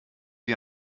die